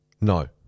No